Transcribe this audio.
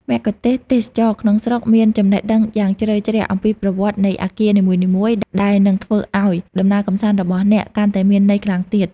មគ្គុទ្ទេសក៍ទេសចរណ៍ក្នុងស្រុកមានចំណេះដឹងយ៉ាងជ្រៅជ្រះអំពីប្រវត្តិនៃអគារនីមួយៗ ដែលនឹងធ្វើឱ្យដំណើរកម្សាន្តរបស់អ្នកកាន់តែមានន័យខ្លាំងឡើង។